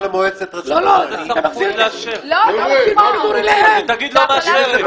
התאגיד לא מאשר.